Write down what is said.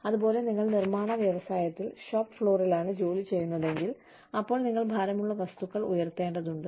അതുപോലെ നിങ്ങൾ നിർമ്മാണ വ്യവസായത്തിൽ ഷോപ്പ് ഫ്ലോറിലാണ് ജോലി ചെയ്യുന്നതെങ്കിൽ അപ്പോൾ നിങ്ങൾ ഭാരമുള്ള വസ്തുക്കൾ ഉയർത്തേണ്ടതുണ്ട്